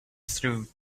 through